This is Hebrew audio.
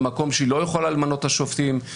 במקום שהיא לא יכולה למנות את השופטים,